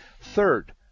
Third